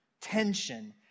tension